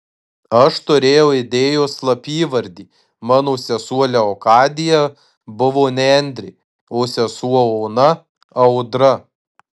aš turėjau idėjos slapyvardį mano sesuo leokadija buvo nendrė o sesuo ona audra